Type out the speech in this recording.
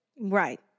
Right